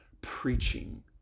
preaching